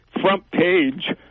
front-page